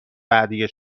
بعدی